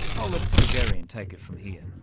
i'll let stilgherrian take it from here.